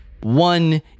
one